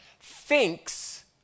thinks